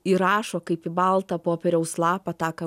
įrašo kaip į baltą popieriaus lapą tą ką